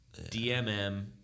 dmm